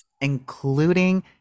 Including